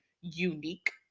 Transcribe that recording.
unique